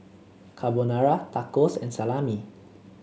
Carbonara Tacos and Salami